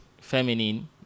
feminine